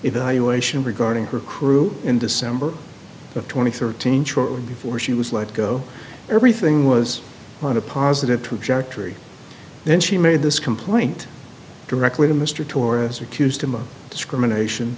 evaluation regarding her crew in december of two thousand and thirteen shortly before she was let go everything was on a positive trajectory then she made this complaint directly to mr torres accused him of discrimination